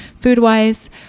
food-wise